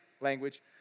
language